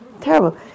terrible